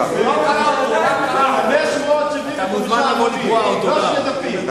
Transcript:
הדוח הוא 600 עמודים, לא שני דפים.